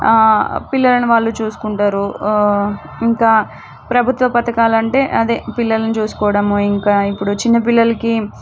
పిల్లలను వాళ్ళు చూసుకుంటారు ఇంకా ప్రభుత్వ పథకాలంటే పిల్లలను చూసుకోవడము ఇంకా ఇప్పుడు చిన్నపిల్లలకి